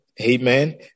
amen